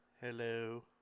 Hello